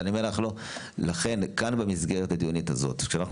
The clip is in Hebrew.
לכן, במסגרת הדיונית כאן